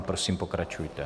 Prosím, pokračujte.